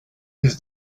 his